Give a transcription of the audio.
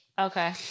Okay